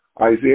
Isaiah